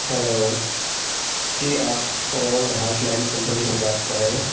hello ji آپ fraud hotline company سے بات کر رہے ہیں